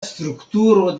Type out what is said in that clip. strukturo